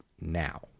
now